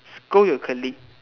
scold your colleagues